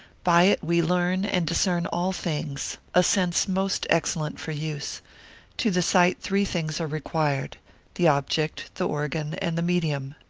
by it we learn, and discern all things, a sense most excellent for use to the sight three things are required the object, the organ, and the medium.